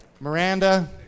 Miranda